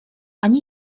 они